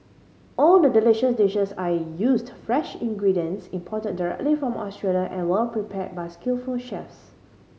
all the delicious dishes are used fresh ingredients imported directly from Australia and well prepared by skillful chefs